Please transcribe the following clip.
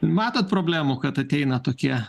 matot problemų kad ateina tokie